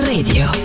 Radio